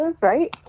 right